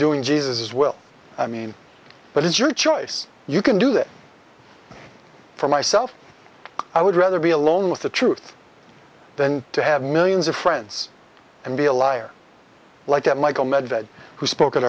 doing jesus as well i mean but it's your choice you can do that for myself i would rather be alone with the truth than to have millions of friends and be a liar like that michael medved who spoke at